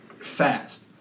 Fast